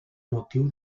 motiu